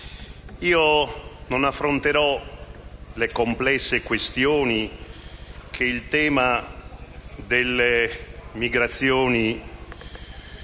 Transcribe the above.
Non affronterò le complesse questioni che il tema dalle migrazioni